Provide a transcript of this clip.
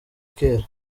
kera